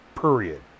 Period